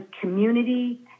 community